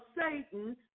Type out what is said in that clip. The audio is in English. Satan